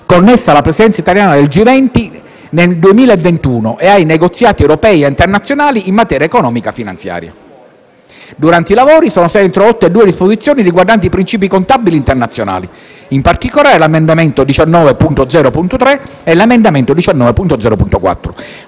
connessa alla presidenza italiana del G20 nel 2021 e ai negoziati europei e internazionali in materia economico-finanziaria. Durante i lavori sono state introdotte due disposizioni riguardati i principi contabili internazionali, in particolare l'emendamento 19.0.3 e l'emendamento 19.0.4.